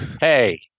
Hey